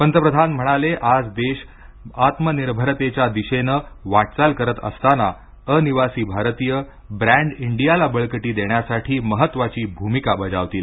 पंतप्रधान म्हणाले आज देश आत्मनिर्भरतेच्या दिशेने वाटचाल करत असतांना अनिवासी भारतीय ब्रॅंड इंडियाला बळकटी देण्यासाठी महत्वाची भूमिका बजावतील